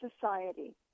society